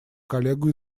коллегу